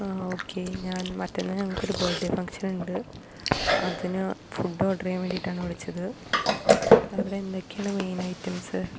ആ ഓക്കെ ഞാൻ മറ്റന്നാൾ ഞങ്ങൾക്കൊരു ബർത്ത് ഡേ ഫംഗ്ഷനുണ്ട് അതിന് ഫുഡ് ഓർഡർ ചെയ്യാൻ വേണ്ടിയിട്ടാണ് വിളിച്ചത് അവിടെ എന്തൊക്കെയാണ് മെയിൻ ഐറ്റംസ്